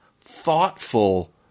thoughtful